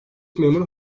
memuru